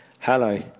Hello